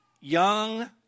young